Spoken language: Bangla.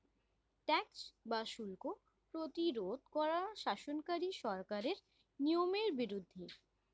ট্যাক্স বা শুল্ক প্রতিরোধ করা শাসনকারী সরকারের নিয়মের বিরুদ্ধে